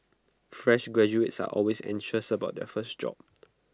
fresh graduates are always anxious about their first job